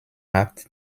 markt